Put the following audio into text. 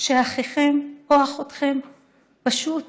שאחיכם או אחותכם פשוט